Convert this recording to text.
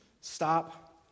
Stop